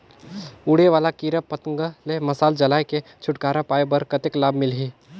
उड़े वाला कीरा पतंगा ले मशाल जलाय के छुटकारा पाय बर कतेक लाभ मिलही?